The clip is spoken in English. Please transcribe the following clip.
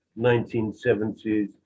1970s